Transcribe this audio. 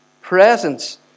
presence